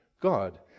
god